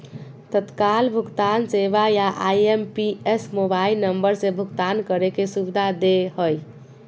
तत्काल भुगतान सेवा या आई.एम.पी.एस मोबाइल नम्बर से भुगतान करे के सुविधा दे हय